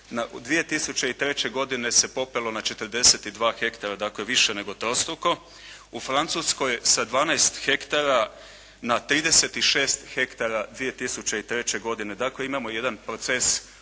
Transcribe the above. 2003. godine se popelo na 42 ha. Dakle, više nego trostruko. U Francuskoj sa 12 ha na 36 ha 2003. godine. Dakle, imamo jedan proces